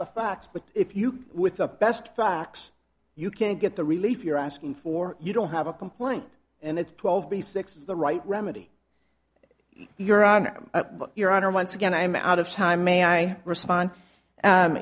the facts but if you with the best facts you can get the relief you're asking for you don't have a complaint and it's twelve b six is the right remedy your honor your honor once again i am out of time may i respon